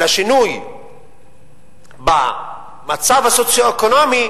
לשינוי במצב הסוציו-אקונומי,